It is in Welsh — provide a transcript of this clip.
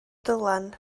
dylan